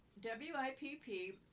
WIPP